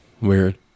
weird